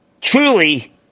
truly